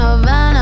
Havana